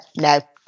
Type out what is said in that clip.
no